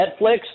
Netflix